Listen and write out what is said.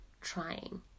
trying